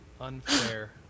Unfair